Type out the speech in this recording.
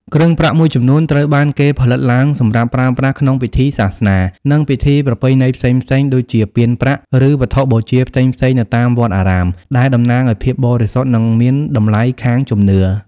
គ្រឿងប្រាក់មួយចំនួនត្រូវបានគេផលិតឡើងសម្រាប់ប្រើប្រាស់ក្នុងពិធីសាសនា និងពិធីប្រពៃណីផ្សេងៗ ដូចជាពានប្រាក់ ឬវត្ថុបូជាផ្សេងៗនៅតាមវត្តអារាម ដែលតំណាងឱ្យភាពបរិសុទ្ធ និងមានតម្លៃខាងជំនឿ។